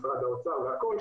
משרד האוצר והכול,